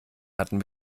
hatten